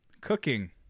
cooking